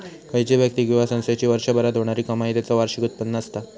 खयची व्यक्ती किंवा संस्थेची वर्षभरात होणारी कमाई त्याचा वार्षिक उत्पन्न असता